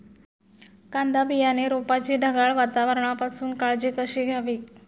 कांदा बियाणे रोपाची ढगाळ वातावरणापासून काळजी कशी घ्यावी?